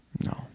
No